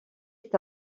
est